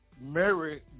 Mary